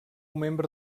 membre